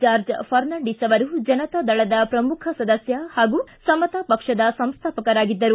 George Fernandes ಅವರು ಜನತಾ ದಳದ ಪ್ರಮುಖ ಸದಸ್ಯ ಹಾಗೂ ಸಮತಾ ಪಕ್ಷದ ಸಂಸ್ವಾಪಕರಾಗಿದ್ದರು